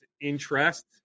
interest